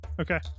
Okay